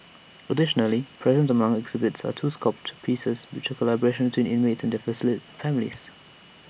additionally present among the exhibits are two sculpture pieces which collaborations between inmates and first their families